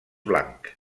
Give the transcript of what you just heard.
blanc